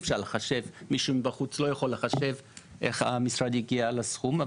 מישהו מבחוץ לא יכול לחשב איך המשרד הגיע לסכום.